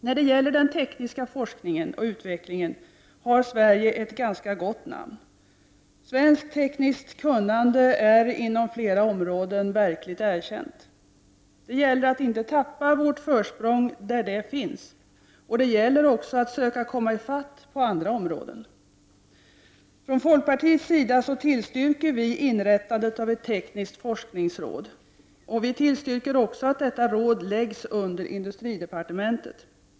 När det gäller den tekniska forskningen och utvecklingen har Sverige ett ganska gott namn. Svenskt tekniskt kunnande är inom flera områden verkligt erkänt. Det gäller att inte tappa vårt försprång, där ett sådant finns, och det gäller också att söka komma ifatt på andra områden. Från folkpartiets sida tillstyrker vi inrättandet av ett tekniskt forskningsråd, och vi tillstyrker också att detta råd läggs under industridepartementet.